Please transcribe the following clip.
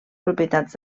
propietats